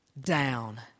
Down